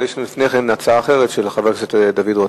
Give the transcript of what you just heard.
אבל יש לפני כן הצעה אחרת של חבר הכנסת דוד רותם.